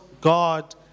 God